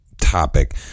Topic